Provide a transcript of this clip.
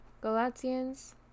galatians